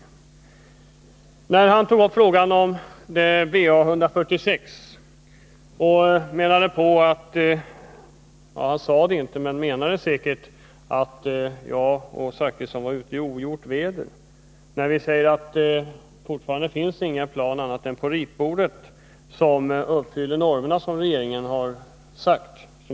Rolf Clarkson tog upp frågan om BA 146 och menade — han sade det inte, men menade det säkert — att jag och Bertil Zachrisson är ute i ogjort väder när vi säger att det ännu inte finns några plan annat än på ritbordet som uppfyller de normer som regeringen har beslutat om.